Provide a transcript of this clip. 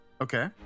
Okay